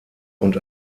und